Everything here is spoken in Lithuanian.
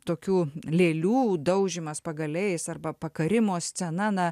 tokių lėlių daužymas pagaliais arba pakarimo scena na